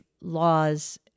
laws